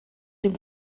dem